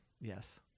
Yes